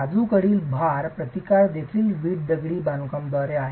बाजूकडील भार प्रतिकार देखील वीट दगडी बांधकाम द्वारे आहे